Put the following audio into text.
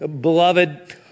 Beloved